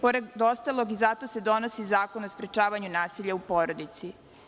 Pored ostalog zato se i donosi Zakon o sprečavanju nasilja u porodici.